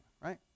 right